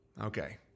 Okay